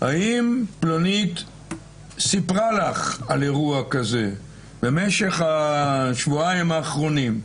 האם פלונית סיפרה לך על אירוע כזה בשבועיים האחרונים,